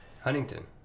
Huntington